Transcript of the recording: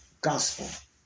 gospel